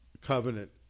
covenant